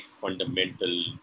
fundamental